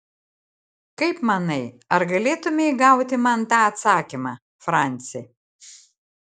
kaip manai ar galėtumei gauti man tą atsakymą franci